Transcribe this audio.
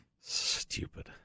Stupid